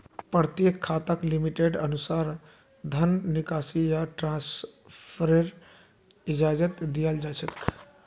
प्रत्येक खाताक लिमिटेर अनुसा र धन निकासी या ट्रान्स्फरेर इजाजत दीयाल जा छेक